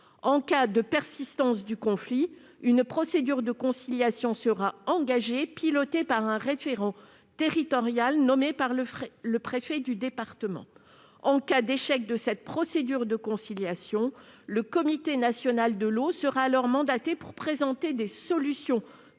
En cas de persistance du conflit, une procédure de conciliation sera engagée. Celle-ci sera pilotée par un référent territorial nommé par le préfet du département. En cas d'échec de cette procédure de conciliation, le Comité national de l'eau sera alors mandaté pour présenter des solutions